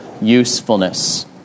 usefulness